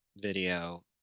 video